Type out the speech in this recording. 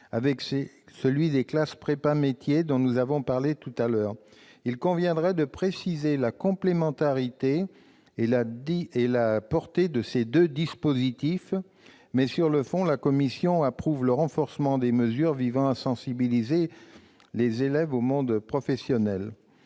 avec celui des classes « prépa-métiers », dont nous avons parlé tout à l'heure. Il conviendrait de préciser la complémentarité et la portée de ces deux dispositifs, mais sur le fond, la commission approuve le renforcement des mesures visant à sensibiliser les élèves au monde professionnel.